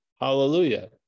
Hallelujah